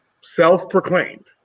self-proclaimed